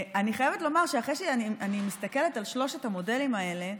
אני חייבת לומר שאחרי שאני מסתכלת על שלושת המודלים האלה,